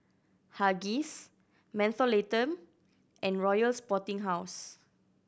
Huggies Mentholatum and Royal Sporting House